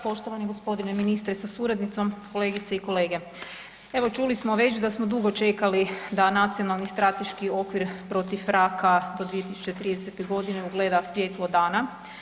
Poštovani gospodine ministre sa suradnicom, kolegice i kolege, evo čuli smo već da smo dugo čekali da Nacionalni strateški okvir proti raka do 2030. godine ugleda svjetlo dana.